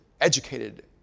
educated